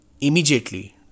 immediately